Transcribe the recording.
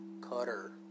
Cutter